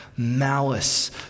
malice